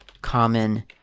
common